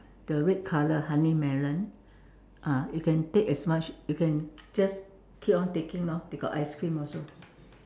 the red colour honey melon ah you can take as much you can just keep on taking lor they got ice cream also